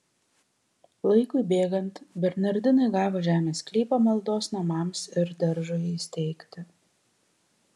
laikui bėgant bernardinai gavo žemės sklypą maldos namams ir daržui įsteigti